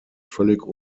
völlig